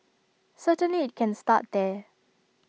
certainly IT can start there